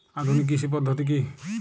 আধুনিক কৃষি পদ্ধতি কী?